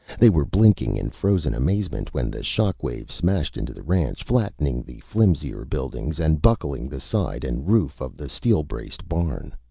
they were blinking in frozen amazement when the shock wave smashed into the ranch, flattening the flimsier buildings and buckling the side and roof of the steel-braced barn.